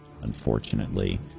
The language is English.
unfortunately